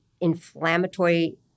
inflammatory